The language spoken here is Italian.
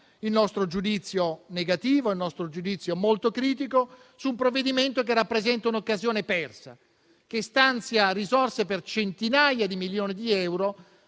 il nostro giudizio negativo, il nostro giudizio molto critico su un provvedimento che rappresenta un'occasione persa, che stanzia risorse per centinaia di milioni di euro